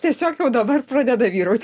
tiesiog jau dabar pradeda vyrauti